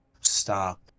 stop